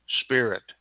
Spirit